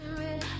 red